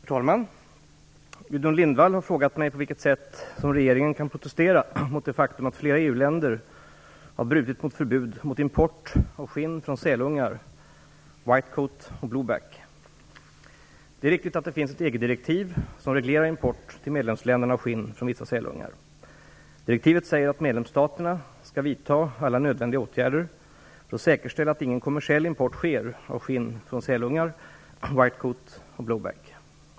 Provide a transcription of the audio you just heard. Herr talman! Gudrun Lindvall har frågat mig på vilket sätt regeringen kan protestera mot det faktum att flera EU-länder brutit mot EU:s förbud mot import av skinn från sälungar, whitecoat och blueback. Det är riktigt att det finns ett EG-direktiv som reglerar import till medlemsländerna av skinn från vissa sälungar. Detta direktiv säger att medlemsstaterna skall vidta alla nödvändiga åtgärder för att säkerställa att ingen kommersiell import sker av skinn från sälungar, whitecoat och blueback.